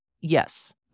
Yes